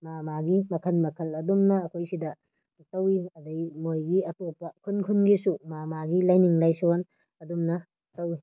ꯃꯥ ꯃꯥꯒꯤ ꯃꯈꯜ ꯃꯈꯜ ꯑꯗꯨꯝꯅ ꯑꯩꯈꯣꯏ ꯁꯤꯗ ꯇꯧꯏ ꯑꯗꯩ ꯃꯣꯏꯒꯤ ꯑꯇꯣꯞꯄ ꯈꯨꯟ ꯈꯨꯟꯒꯤꯁꯨ ꯃꯥ ꯃꯥꯒꯤ ꯂꯥꯏꯅꯤꯡ ꯂꯥꯏꯁꯣꯟ ꯑꯗꯨꯝꯅ ꯇꯧꯏ